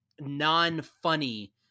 non-funny